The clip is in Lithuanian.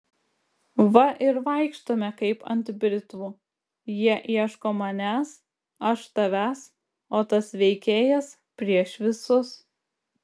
va ir vaikštome kaip ant britvų jie ieško manęs aš tavęs o tas veikėjas prieš visus